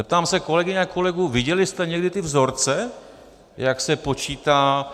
Zeptám se kolegyň a kolegů: viděli jste někdy ty vzorce, jak se počítá...?